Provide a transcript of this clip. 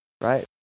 Right